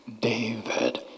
David